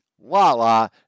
voila